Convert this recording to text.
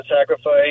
sacrifice